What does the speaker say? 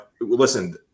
listen